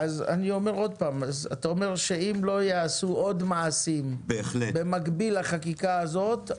אתה אומר שאם לא ייעשו עוד מעשים במקביל לחקיקה הזאת,